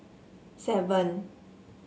seven